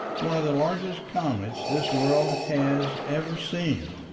one of the largest comets this world has ever seen,